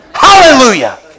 Hallelujah